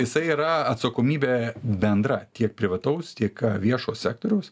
jisai yra atsakomybė bendra tiek privataus tiek viešo sektoriaus